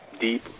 deep